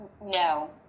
No